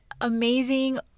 amazing